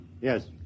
Yes